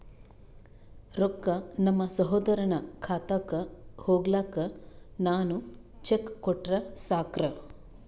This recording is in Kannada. ರೊಕ್ಕ ನಮ್ಮಸಹೋದರನ ಖಾತಕ್ಕ ಹೋಗ್ಲಾಕ್ಕ ನಾನು ಚೆಕ್ ಕೊಟ್ರ ಸಾಕ್ರ?